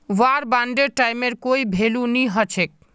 वार बांडेर टाइमेर कोई भेलू नी हछेक